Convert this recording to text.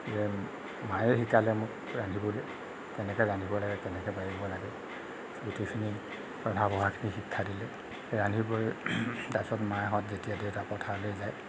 মায়ে শিকালে মোক ৰান্ধিবলৈ কেনেকৈ ৰান্ধিব লাগে কেনেকৈ ভাজিব লাগে গোটেইখিনি ৰন্ধা বঢ়াখিনি শিক্ষা দিলে ৰান্ধি তাৰপিছত মাহঁত যেতিয়া দুয়োটা পথাৰলৈ যায়